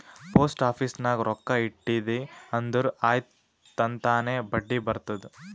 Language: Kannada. ಪೋಸ್ಟ್ ಆಫೀಸ್ ನಾಗ್ ರೊಕ್ಕಾ ಇಟ್ಟಿದಿ ಅಂದುರ್ ಆಯ್ತ್ ತನ್ತಾನೇ ಬಡ್ಡಿ ಬರ್ತುದ್